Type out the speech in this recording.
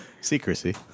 secrecy